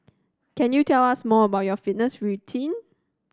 can you tell us more about your fitness routine